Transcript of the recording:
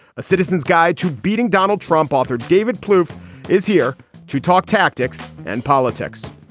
a citizen's guide to beating donald trump. author david plouffe is here to talk tactics and politics